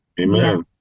Amen